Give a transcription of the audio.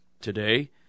today